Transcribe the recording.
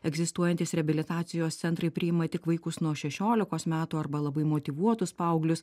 egzistuojantys reabilitacijos centrai priima tik vaikus nuo šešiolikos metų arba labai motyvuotus paauglius